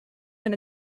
than